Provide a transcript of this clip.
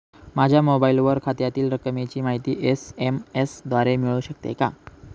माझ्या मोबाईलवर खात्यातील रकमेची माहिती एस.एम.एस द्वारे मिळू शकते का?